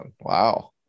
Wow